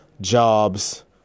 jobs